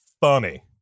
funny